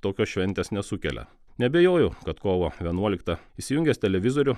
tokios šventės nesukelia neabejoju kad kovo vienuoliktą įsijungęs televizorių